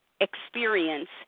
Experience